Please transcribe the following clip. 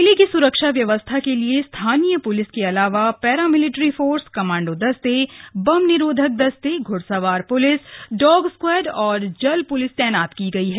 मेले की स्रक्षा व्यवस्था के लिए स्थानीय प्लिस के अलावा पैरामिलिट्री फोर्स कमांडो दस्ते बम निरोधक दस्ते घ्ड़सवार प्लिस डॉग स्क्वॉड और जल प्लिस तैनात की गई है